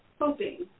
hoping